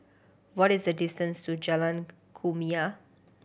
what is the distance to Jalan Kumia